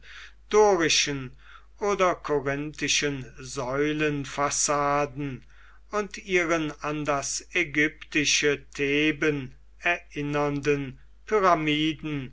dorischen oder korinthischen säulenfassaden und ihren an das ägyptische theben erinnernden pyramiden